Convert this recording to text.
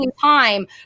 time